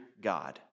God